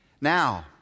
Now